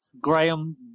Graham